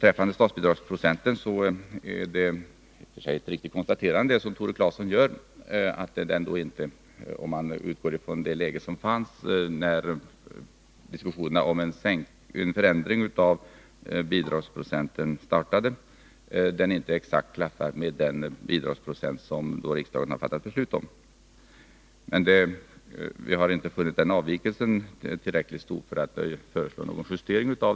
Beträffande statsbidragsprocenten är det i och för sig ett riktigt konstaterande som Tore Claeson gör, att om man utgår från det läge som var för handen när diskussionerna om en förändring av bidragsprocenten startade, så klaffar det inte exakt med den bidragsprocent som riksdagen har fattat beslut om. Men vi har inte funnit att avvikelsen är tillräckligt stor för att vi skulle föreslå en justering.